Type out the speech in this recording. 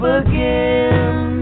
again